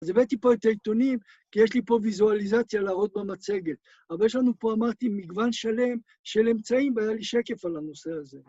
אז הבאתי פה את העיתונים, כי יש לי פה ויזואליזציה להראות במצגת. אבל יש לנו פה, אמרתי, מגוון שלם של אמצעים, והיה לי שקף על הנושא הזה.